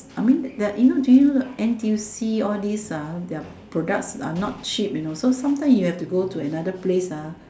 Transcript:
I mean the that you know do you the N_T_U_C all these ah their products are not cheap you know so sometimes you have to go to another place ah